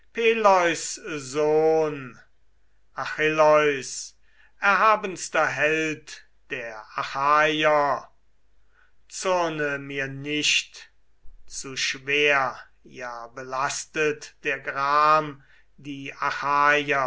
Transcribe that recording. achilleus erhabenster held der achaier zürne mir nicht zu schwer ja belastet der gram die